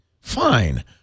Fine